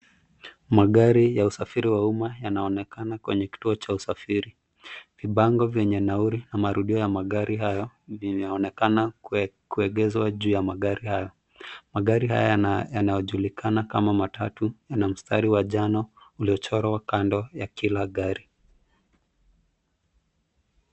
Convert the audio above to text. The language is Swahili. Magari ya usafiri wa umma yanaonekana kwenye kituo cha usafiri, vibango vyenye nauli na marudio ya magari hayo vimeonekana kuegeshwa juu ya magari hayo , magari haya yanayojulikana kama matatu yana mstari wa njano uliochorwa kando ya kila gari.